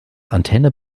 antenne